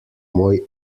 moj